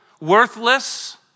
worthless